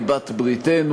היא בעלת בריתנו.